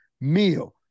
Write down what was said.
meal